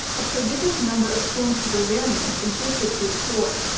a prodigious number of stormtrooper variants existed through the corps.